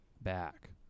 back